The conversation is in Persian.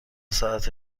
ساعت